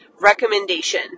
recommendation